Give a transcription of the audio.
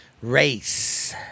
race